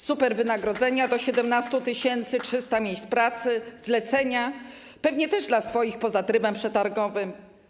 Superwynagrodzenia wynoszące do 17 tys., 300 miejsc pracy, zlecenia, pewnie też dla swoich, poza trybem przetargowym.